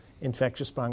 infectious